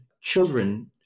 children